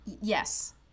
Yes